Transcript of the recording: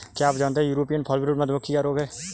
क्या आप जानते है यूरोपियन फॉलब्रूड मधुमक्खी का रोग है?